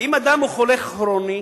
אם אדם הוא חולה כרוני,